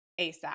ASAP